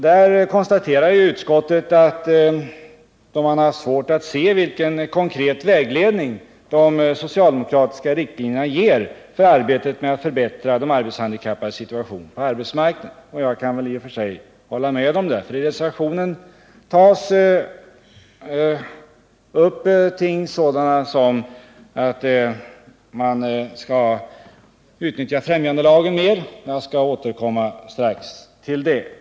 Där konstaterar utskottet att man har svårt att se vilken konkret vägledning det socialdemokratiska förslaget till riktlinjer ger för arbetet med att förbättra de arbetshandikappades situation på arbetsmarknaden. Jag kan i och för sig hålla med om det. I reservationen tar man upp ting som att man skall utnyttja främjandelagen mer -— jag skall strax återkomma till det.